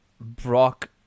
Brock